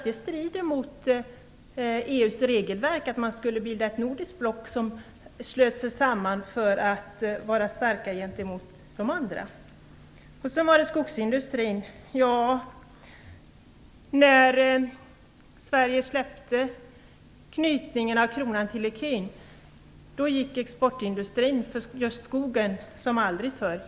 Det strider mot EU:s regelverk att bilda ett nordisk block som sluter sig samman för att vara starka gentemot de andra. Sedan gällde det skogsindustrin. När Sverige släppte knytningen av kronan till ecun gick exporten för skogsindustrin så bra som aldrig förr.